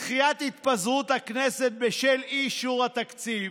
דחיית התפזרות הכנסת בשל אי-אישור התקציב,